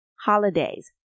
holidays